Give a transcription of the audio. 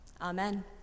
Amen